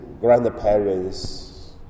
grandparents